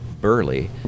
Burley